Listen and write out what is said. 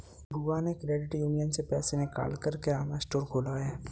बुआ ने credit union से पैसे लेकर किराना स्टोर खोला है